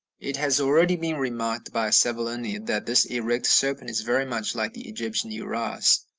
it has already been remarked by savolini that this erect serpent is very much like the egyptian uraeus,